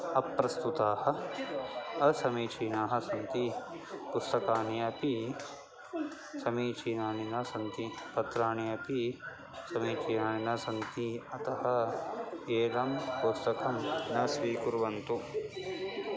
अप्रस्तुताः असमीचीनाः सन्ति पुस्तकानि अपि समीचीनानि न सन्ति पत्राणि अपि समीचीनानि न सन्ति अतः एनं पुस्तकं न स्वीकुर्वन्तु